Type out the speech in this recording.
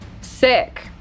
Sick